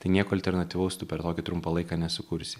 tai nieko alternatyvaus tu per tokį trumpą laiką nesukursi